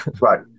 right